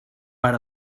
per